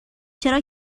چرا